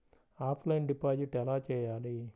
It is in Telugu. ఆఫ్లైన్ డిపాజిట్ ఎలా చేయాలి?